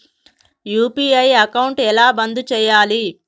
UPI account ఎలా బంద్ చేయాలి?